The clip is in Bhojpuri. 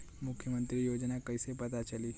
मुख्यमंत्री योजना कइसे पता चली?